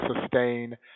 sustain